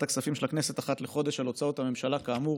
הכספים של הכנסת אחת לחודש על הוצאות הממשלה כאמור.